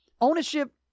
ownership